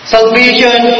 Salvation